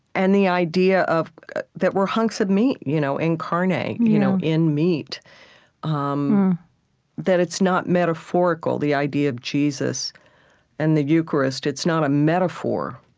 and the idea that we're hunks of meat you know incarnate you know in meat um that it's not metaphorical, the idea of jesus and the eucharist. it's not a metaphor